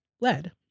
lead